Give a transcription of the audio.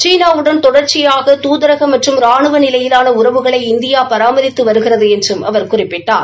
சீனா வுடன் தொடர்ச்சியாக தூதரக மற்றும் ரானுவ நிலையிலான உறவுகளை இந்தியா பராமரித்து வருகிறது என்று அவர் குறிப்பிட்டார்